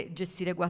gestire